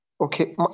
Okay